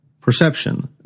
perception